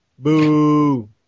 Boo